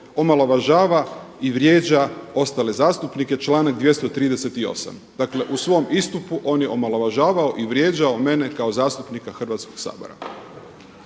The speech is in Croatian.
omalovažava i vrijeđa ostale zastupnike, članak 238. Dakle, u svom istupu on je omalovažavao i vrijeđao mene kao zastupnika Hrvatskog sabora.